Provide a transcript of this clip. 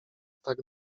tak